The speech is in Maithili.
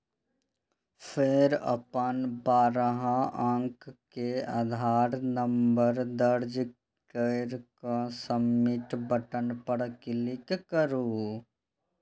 फेर अपन बारह अंक के आधार नंबर दर्ज कैर के सबमिट बटन पर क्लिक करू